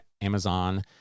Amazon